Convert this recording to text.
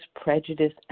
prejudice